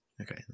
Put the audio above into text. Okay